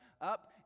up